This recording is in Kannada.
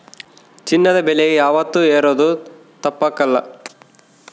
ಚಿನ್ನದ ಬೆಲೆ ಯಾವಾತ್ತೂ ಏರೋದು ತಪ್ಪಕಲ್ಲ